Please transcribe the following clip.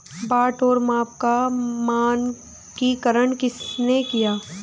बाट और माप का मानकीकरण किसने किया?